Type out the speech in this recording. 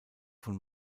von